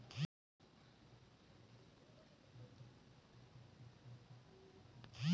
Bank म खाता के बाकी पैसा के जानकारी कैसे मिल पाही?